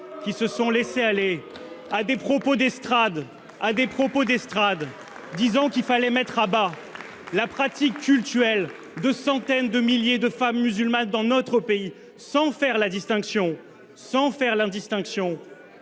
qui se sont laissés aller à des propos d'estrade, à des propos d'estrade, disant qu'il fallait mettre à bas la pratique cultuelle de centaines de milliers de femmes musulmanes dans notre pays sans faire la distinction, sans faire l'indistinction